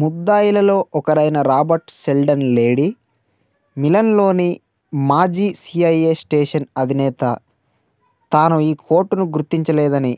ముద్దాయిలులో ఒకరైన Robert Seldon Lady మిలన్లోని మాజీ సిఐఏ స్టేషన్ అధినేత తాను ఈ కోర్టును గుర్తించలేదని